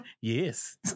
Yes